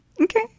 Okay